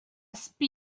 sped